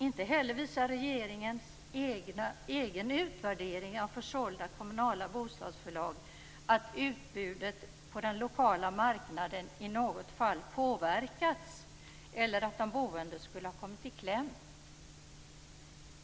Inte heller visar regeringens egen utvärdering av försålda kommunala bostadsföretag att utbudet på den lokala marknaden i något fall påverkats eller att de boende skulle ha kommit i kläm.